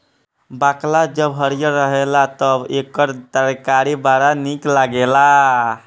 बकला जब हरिहर रहेला तअ एकर तरकारी बड़ा निक लागेला